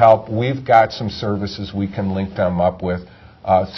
help we've got some services we can link them up with